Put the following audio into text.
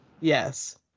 Yes